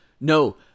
No